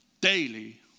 daily